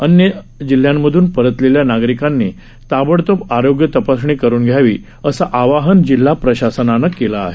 अन्य जिल्ह्यांमधून परतलेल्या नागरिकांनी ताबडतोब आरोग्य तपासणी करून घ्यावी असं आवाहन जिल्हा प्रशासनानं केलं आहे